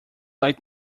like